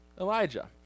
Elijah